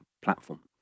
platform